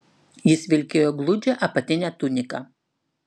jis vilkėjo gludžią apatinę tuniką